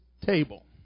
table